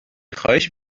خواهش